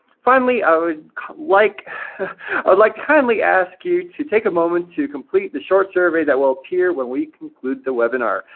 finally, i would like to like kindly ask you to take a moment to complete the short survey that will appear when we conclude the webinar.